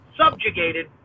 Subjugated